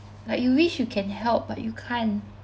like you wish you can help but you can't